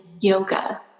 Yoga